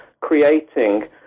creating